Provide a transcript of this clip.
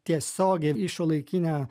tiesiogiai į šiuolaikinę